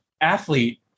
athlete